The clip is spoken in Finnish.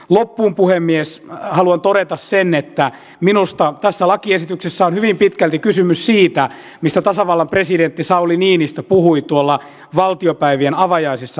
loppuun puhemies haluan todeta sen että minusta tässä lakiesityksessä on hyvin pitkälti kysymys siitä mistä tasavallan presidentti sauli niinistö puhui valtiopäivien avajaisissa meillä